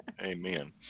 Amen